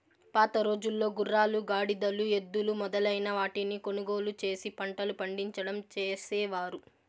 పాతరోజుల్లో గుర్రాలు, గాడిదలు, ఎద్దులు మొదలైన వాటిని కొనుగోలు చేసి పంటలు పండించడం చేసేవారు